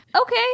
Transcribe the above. Okay